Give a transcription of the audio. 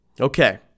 Okay